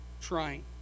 trying